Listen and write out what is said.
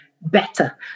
better